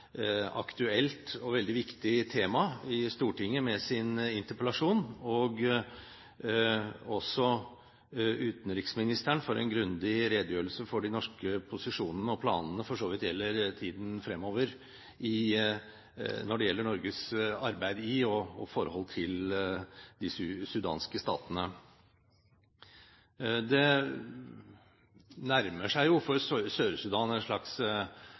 aktuelt og veldig viktig tema i Stortinget med sin interpellasjon og også utenriksministeren for en grundig redegjørelse for de norske posisjonene og planene i tiden fremover når det gjelder Norges arbeid i og i forhold til de sudanske statene. Det nærmer seg for Sør-Sudan en slags